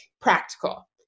practical